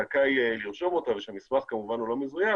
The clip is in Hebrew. זכאי לרשום אותה ושהמסמך כמובן לא מזויף